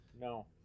No